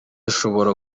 ashobora